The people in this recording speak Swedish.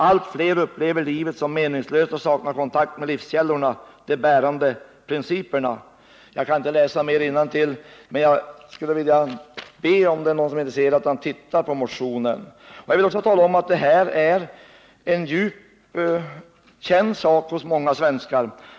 Allt fler upplever livet som meningslöst och saknar kontakt med livskällorna, de bärande principerna.” Jag hinner inte läsa mer innantill, men jag ber den som är intresserad att ta del av motionen. Jag vill också tala om att detta är en djupt känd sak hos många svenskar.